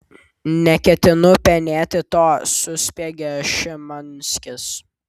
neketinu penėti to suspiegė šimanskis